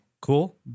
Cool